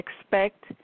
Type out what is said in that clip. expect